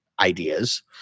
ideas